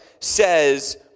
says